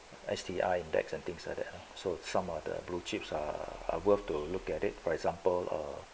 S_T_I index and things like that so some of the blue chips are worth to look at it for example or